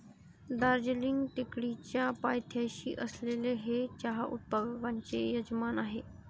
दार्जिलिंग टेकडीच्या पायथ्याशी असलेले हे चहा उत्पादकांचे यजमान आहे